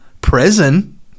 prison